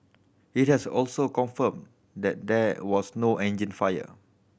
it has also confirmed that there was no engine fire